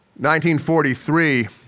1943